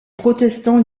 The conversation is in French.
protestants